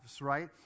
right